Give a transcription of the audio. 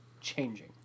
changing